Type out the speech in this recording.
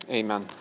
amen